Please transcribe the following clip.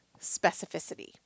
specificity